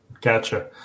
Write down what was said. gotcha